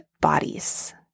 bodies